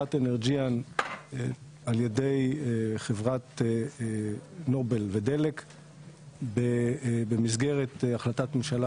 לחברת אנרג'יאן על ידי חברת נובל ודלק במסגרת החלטת ממשלה